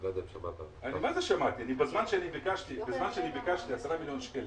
מצידנו ביצענו.